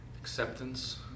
Acceptance